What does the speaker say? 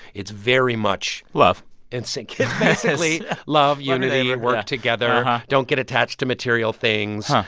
it's very much. love it's like yeah basically love, unity, like work together, don't get attached to material things,